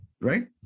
right